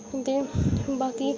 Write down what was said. उत्थै बाकी